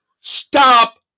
stop